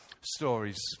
stories